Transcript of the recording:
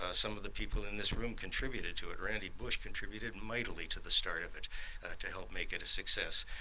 ah some of the people in this room contributed to it. randy bush contributed mightily to the start of it to help make it a success.